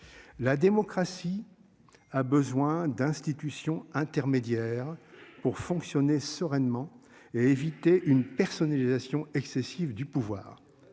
La démocratie. A besoin d'institutions intermédiaires pour fonctionner sereinement et éviter une personnalisation excessive du pouvoir.